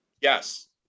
yes